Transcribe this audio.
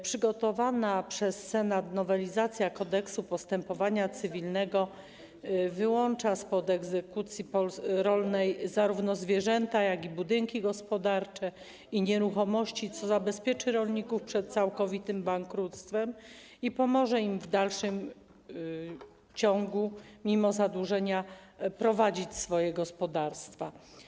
Przygotowana przez Senat nowelizacja Kodeksu postępowania cywilnego wyłącza spod egzekucji rolnej zarówno zwierzęta, jak i budynki gospodarcze i nieruchomości, co zabezpieczy rolników przed całkowitym bankructwem i pomoże im mimo zadłużenia w dalszym ciągu prowadzić swoje gospodarstwa.